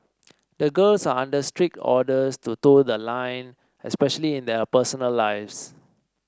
the girls are under strict orders to toe the line especially in their personal lives